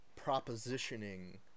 propositioning